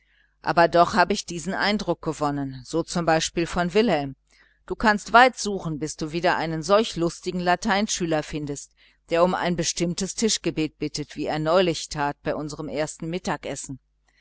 aber doch habe ich diesen eindruck gewonnen so zum beispiel von wilhelm du kannst weit suchen bis du wieder einen solch lustigen lateinschüler findest der um ein bestimmtes tischgebet bittet wie er neulich tat bei unserem ersten mittagessen